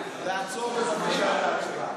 חוק ומשפט נתקבלה.